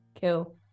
kill